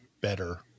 better